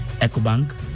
EcoBank